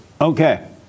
Okay